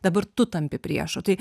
dabar tu tampi priešu tai